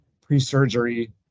pre-surgery